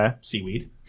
seaweed